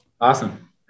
Awesome